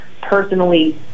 personally